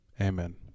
Amen